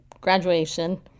graduation